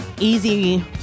easy